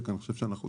אני חושב שקודם צריך